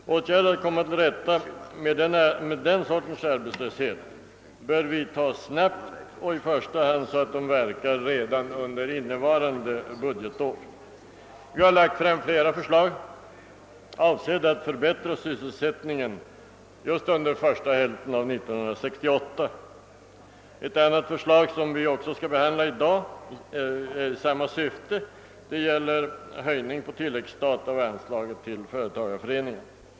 Åtgärder för att komma till rätta med den sortens arbetslöshet bör vidtas snabbt och i första hand så att de verkar redan under innevarande budgetår. Vi har lagt fram flera förslag avsedda att förbättra sysselsättningen just under första hälften av år 1968. Ett annat förslag i samma syfte, som vi också skall behandla i dag, gäller höjning av anslaget på tilläggsstat till företagareföreningarna.